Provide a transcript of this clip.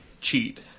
cheat